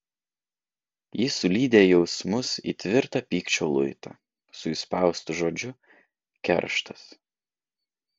ji sulydė jausmus į tvirtą pykčio luitą su įspaustu žodžiu kerštas